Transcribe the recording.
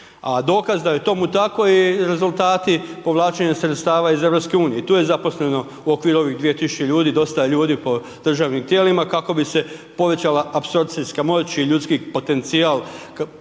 dokaz da je tomu tako je i rezultati povlačenja sredstava EU i tu je zaposleno u okviru ovih 2.000 ljudi dosta ljudi po državnim tijelima kako bi se povećala apsorpcijska moć i ljudski potencijal zbog povlačenja sredstava iz Europskih fondova.